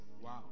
Wow